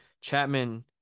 Chapman